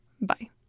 Bye